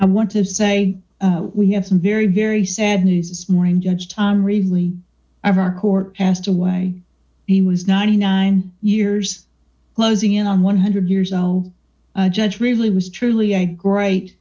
i want to say we have some very very sad news this morning judge time really of our court passed away he was ninety nine years closing in on one hundred years old judge really was truly a great